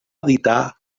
editar